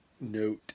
note